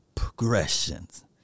Progressions